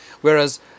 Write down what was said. whereas